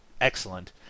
excellent